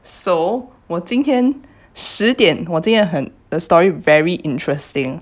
so 我今天十点我今天很 the story very interesting